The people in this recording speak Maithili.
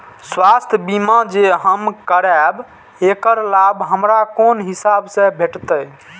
स्वास्थ्य बीमा जे हम करेब ऐकर लाभ हमरा कोन हिसाब से भेटतै?